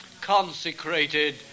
consecrated